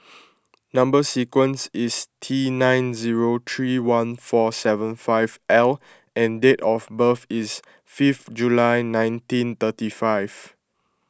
Number Sequence is T nine zero three one four seven five L and date of birth is fifth July nineteen thirty five